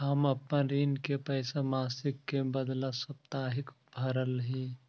हम अपन ऋण के पैसा मासिक के बदला साप्ताहिक भरअ ही